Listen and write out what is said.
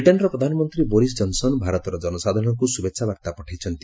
ବ୍ରିଟେନ୍ର ପ୍ରଧାନମନ୍ତ୍ରୀ ବୋରିସ୍ କନ୍ସନ୍ ଭାରତର ଜନସାଧାରଣଙ୍କୁ ଶୁଭେଚ୍ଛା ବାର୍ତ୍ତା ପଠାଇଛନ୍ତି